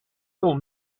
old